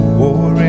war